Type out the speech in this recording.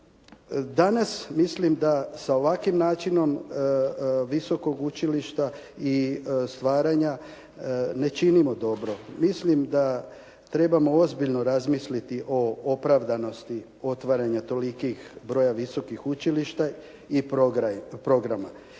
danas mislim da sa ovakvim načinom visokog učilišta i stvaranja ne činimo dobro. Mislim da trebamo ozbiljno razmisliti o opravdanosti otvaranja tolikih broja visokih učilišta i programa.